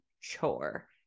chore